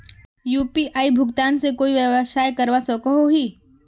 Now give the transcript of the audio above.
UPI भुगतान से कोई व्यवसाय करवा सकोहो ही?